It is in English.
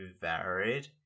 varied